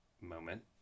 moment